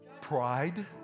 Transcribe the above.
pride